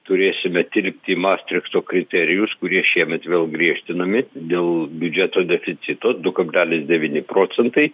turėsime tilpti į mastrichto kriterijus kurie šiemet vėl griežtinami dėl biudžeto deficito du kablelis devyni procentai